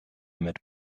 mit